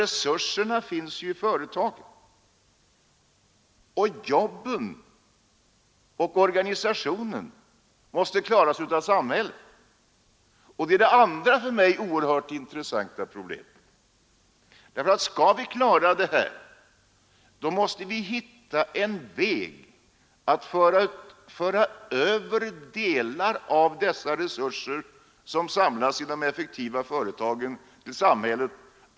Resurserna finns ju i företagen, medan jobben och organisationen måste klaras av samhället. Det är det andra för mig oerhört intressanta problemet. Om vi skall klara av detta, måste vi hitta en väg att föra över delar av dessa resurser, som samlas i de effektiva företagen.